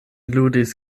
ludis